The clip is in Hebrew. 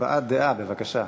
הבעת דעה, בבקשה.